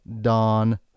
Dawn